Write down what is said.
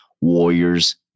Warriors